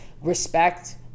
respect